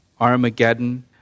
Armageddon